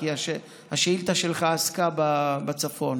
כי השאילתה שלך עסקה בצפון: